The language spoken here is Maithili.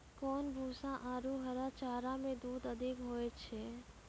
कोन भूसा आरु हरा चारा मे दूध अधिक होय छै?